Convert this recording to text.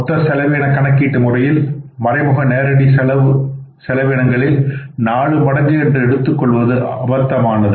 மொத்த செலவின கணக்கீட்டு முறையில் மறைமுக செலவுகளை நேரடி செலவினங்களின் 4 மடங்கு என்று எடுத்துக் கொள்வது அபத்தமானது